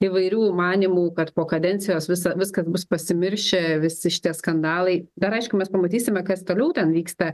įvairių manymų kad po kadencijos visa viskas bus pasimiršę visi šitie skandalai dar aišku mes pamatysime kas toliau ten vyksta